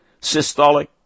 Systolic